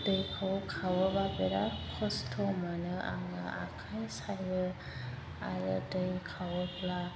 दैखौ खावोबा बिराथ खस्थ' मोनो आङो आखाय सायो आरो दै खावोब्ला